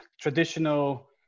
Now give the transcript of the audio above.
traditional